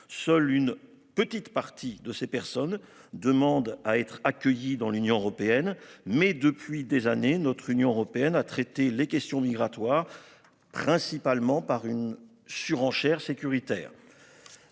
Seule une petite partie de ces personnes demandent à être accueillis dans l'Union européenne mais depuis des années, notre Union européenne à traiter les questions migratoires principalement par une surenchère sécuritaire.